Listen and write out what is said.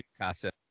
Casa